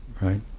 right